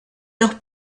los